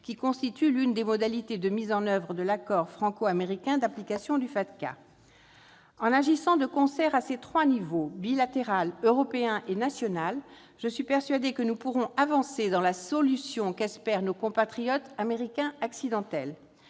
qui constitue l'une des modalités de mise en oeuvre de l'accord franco-américain d'application du FATCA. En agissant de concert à ces trois niveaux- bilatéral, européen et national-, je suis persuadée que nous pourrons avancer vers la solution qu'espèrent nos compatriotes « Américains accidentels